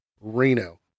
Reno